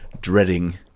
dreading